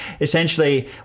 Essentially